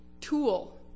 tool